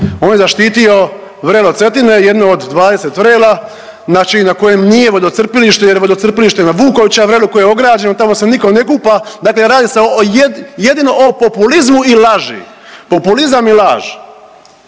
On je zaštitio vrelo Cetine, jedno od 20 vrela znači na kojem nije vodocrpilište jer vodocrpilište je na Vukovića vrelu koje je ograđeno, tamo se niko ne kupa, dakle radi se jedino o populizmu i laži, populizam i laž.